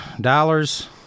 dollars